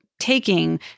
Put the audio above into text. taking